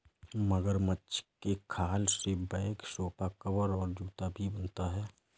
मगरमच्छ के खाल से बैग सोफा कवर और जूता भी बनता है